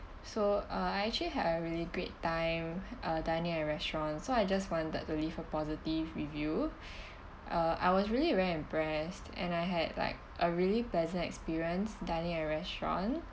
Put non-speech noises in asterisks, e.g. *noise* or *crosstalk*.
so uh I actually had a really great time uh dining at your restaurant so I just wanted to leave a positive review *breath* uh I was really very impressed and I had like a really pleasant experience dining at your restaurant